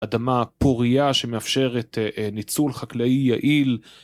אדמה פוריה שמאפשרת ניצול חקלאי יעיל